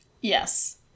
Yes